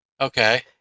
Okay